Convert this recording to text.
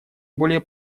более